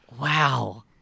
Wow